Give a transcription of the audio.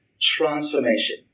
transformation